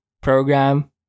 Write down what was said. program